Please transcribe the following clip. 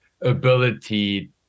ability